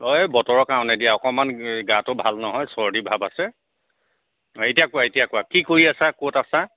হয় বতৰৰ কাৰণে দিয়া অকণমান এই গাটো ভাল নহয় চৰ্দি ভাৱ আছে এতিয়া কোৱা এতিয়া কোৱা কি কৰি আছা ক'ত আছা